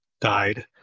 died